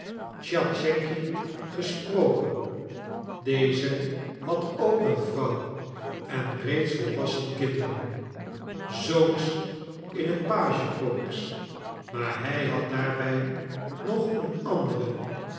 tschatschenky gesproken deze had ook een vrouw en reeds volwassen kinderen zoons in het pagecorps maar hij had daarbij nog een andere